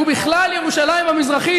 ובכלל בירושלים המזרחית,